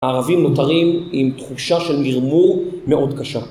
הערבים נותרים עם תחושה של מרמור מאוד קשה.